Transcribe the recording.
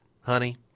honey